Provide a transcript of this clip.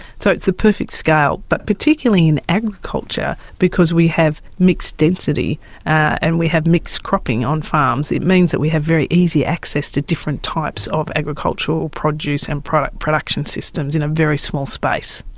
so it is the perfect scale. but particularly in agriculture, because we have mixed density and we have mixed cropping on farms, it means that we have very easy access to different types of agricultural produce and production systems in a very small space.